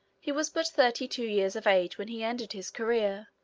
he was but thirty-two years of age when he ended his career,